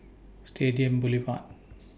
Stadium Boulevard